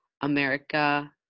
America